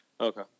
Okay